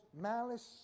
malice